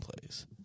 plays